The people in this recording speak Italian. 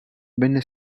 venne